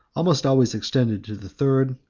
almost always extended to the third,